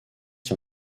qui